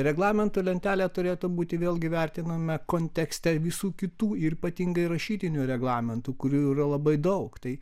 reglamento lentelė turėtų būti vėlgi vertinama kontekste visų kitų ir ypatingai rašytinių reglamentų kurių yra labai daug tai